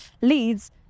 leads